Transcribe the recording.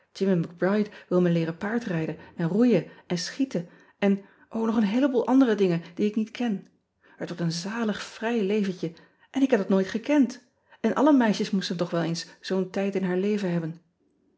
ride wil me leeren paardrijden en roeien en schieten en o nog een heeleboel andere dingen die ik niet ken et wordt een zalig vrij leventje en ik heb dat nooit gekend en alle meisjes moesten toch wel eens zoo n tijd in haar leven hebben